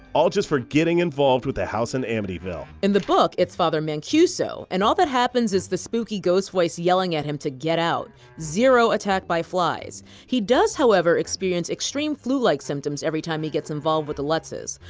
all just for getting involved withg the house in amityville. in the book, it's father mancuso. and all that happens is this spooky ghost voice yelling at him to get out. zero attack by flies. he does however experience extreme flu-like symptoms every time he gets involved with the lutzes.